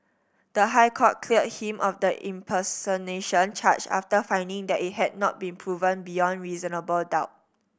the High Court cleared him of the impersonation charge after finding that it had not been proven beyond reasonable doubt